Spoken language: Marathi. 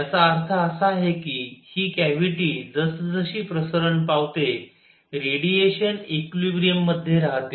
याचा अर्थ असा आहे की हि कॅव्हिटी जसजशी प्रसरण पावते रेडिएशन इक्विलिब्रिअम मध्ये राहते